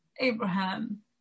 Abraham